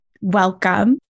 welcome